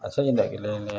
ᱟᱪᱪᱷᱟ ᱤᱱᱟᱹᱜ ᱜᱮᱞᱤᱧ ᱞᱟᱹᱭᱟ